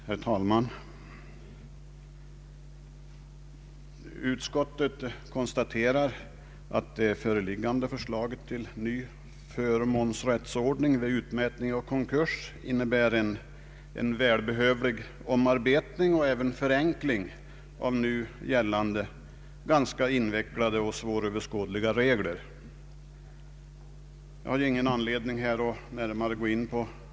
Herr talman! Utskottet konstaterar att det föreliggande förslaget till ny förmånsrättsordning vid utmätning och konkurs innebär en välbehövlig omarbetning och även förenkling av nu gällande ganska invecklade och svåröverskådliga regler. Jag har ingen anledning att här närmare gå in på lagförsla Ang.